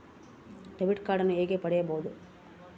Debit ಕಾರ್ಡನ್ನು ಹೇಗೆ ಪಡಿಬೋದು?